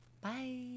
Bye